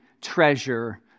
treasure